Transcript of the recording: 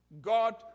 God